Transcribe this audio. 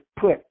put